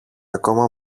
ακόμα